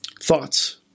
thoughts